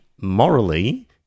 morally